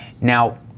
Now